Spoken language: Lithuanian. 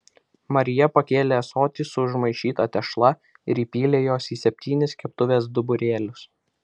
marija pakėlė ąsotį su užmaišyta tešla ir įpylė jos į septynis keptuvės duburėlius